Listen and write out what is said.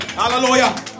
hallelujah